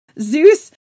Zeus